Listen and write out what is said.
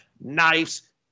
knives